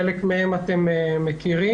חלק מהם אתם מכירים.